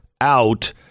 out